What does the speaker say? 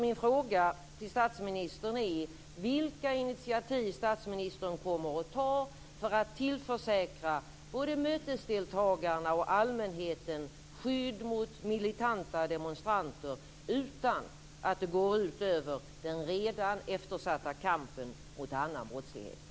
Min fråga till statsministern är vilka initiativ statsministern kommer att ta för att tillförsäkra både mötesdeltagarna och allmänheten skydd mot militanta demonstranter utan att det går ut över den redan eftersatta kampen mot annan brottslighet.